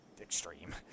extreme